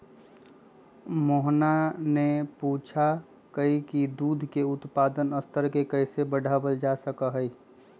मोहना ने पूछा कई की दूध के उत्पादन स्तर के कैसे बढ़ावल जा सका हई?